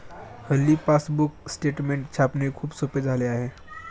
हल्ली passbook statement छापणे खूप सोपे झाले आहे